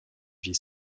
vit